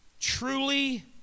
truly